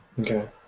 Okay